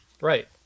Right